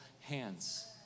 hands